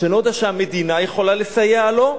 שאינו יודע שהמדינה יכולה לסייע לו,